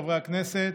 חברי הכנסת,